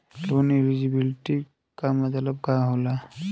Loan eligibility का मतलब का होला?